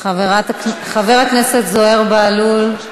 חבר הכנסת זוהיר בהלול,